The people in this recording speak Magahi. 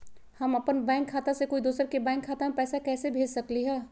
हम अपन बैंक खाता से कोई दोसर के बैंक खाता में पैसा कैसे भेज सकली ह?